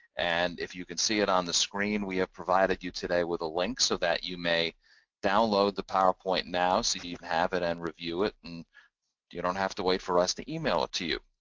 and if you can see it on the screen, we have provided you today with a link so that you may download the powerpoint now, so you can have it and review it and you don't have to wait for us to email it to you.